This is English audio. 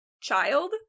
child